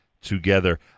together